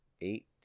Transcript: eight